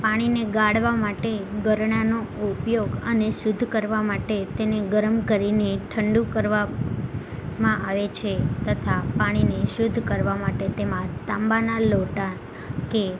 પાણીને ગાળવા માટે ગરણાનો ઉપયોગ અને શુદ્ધ કરવા માટે તેને ગરમ કરીને ઠંડુ કરવા માં આવે છે તથા પાણીને શુદ્ધ કરવા માટે તેમાં તાંબાના લોટા કે